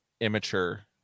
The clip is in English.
immature